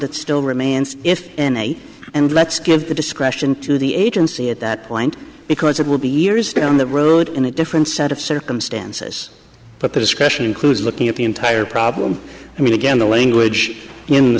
that still remains if any and let's give the discretion to the agency at that point because it will be years down the road in a different set of circumstances but the discussion includes looking at the entire problem i mean again the language in the